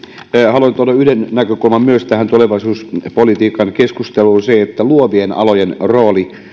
haluan tuoda yhden näkökulman myös tähän tulevaisuuspolitiikan keskusteluun sen että luovien alojen rooli